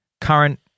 current –